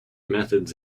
methods